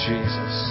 Jesus